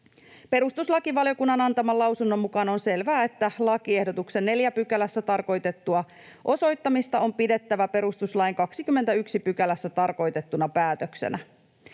Perustuslakivaliokunnan antaman lausunnon mukaan on selvää, että lakiehdotuksen 4 §:ssä tarkoitettua osoittamista on pidettävä perustuslain 21 §:ssä tarkoitettuna päätöksenä.